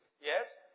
Yes